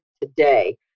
today